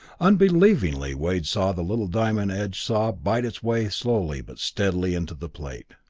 unbelievingly wade saw the little diamond-edge saw bite its way slowly but steadily into the plate.